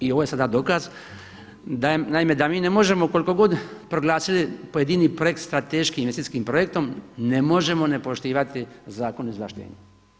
I ovo je sada dokaz, da, naime mi ne možemo koliko god proglasili pojedini projekt strateškim investicijskim projektom ne možemo ne poštivati Zakon o izvlaštenju.